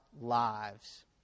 lives